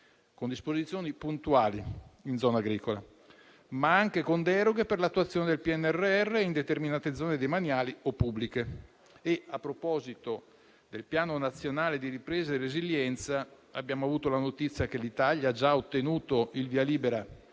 con disposizioni puntuali in zona agricola, ma anche con deroghe per l'attuazione del PNRR in determinate zone demaniali o pubbliche. A proposito di Piano nazionale di ripresa e resilienza, abbiamo avuto la notizia che l'Italia ha già ottenuto il via libera